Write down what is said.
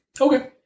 Okay